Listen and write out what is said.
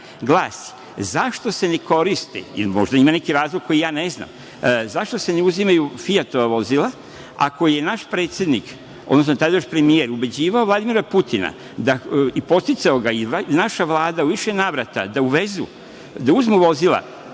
glasi – zašto se ne koriste, možda ima neki razlog koji ja ne znam, zašto se ne uzimaju „Fijatova“ vozila? Naš predsednik, tada još premijer je ubeđivao Vladimira Putina, podsticao ga, naša Vlada u više navrata, da uzme vozila